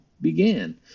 began